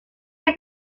que